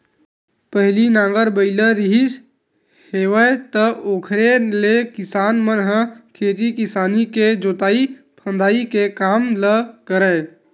पहिली नांगर बइला रिहिस हेवय त ओखरे ले किसान मन ह खेती किसानी के जोंतई फंदई के काम ल करय